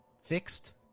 fixed